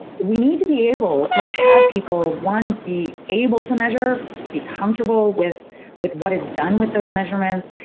we need to be able to have people, one, be able to measure, be comfortable with with what is done with those measurements,